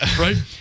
Right